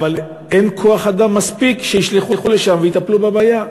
אבל אין כוח אדם מספיק לשלוח לשם לטפל בבעיה.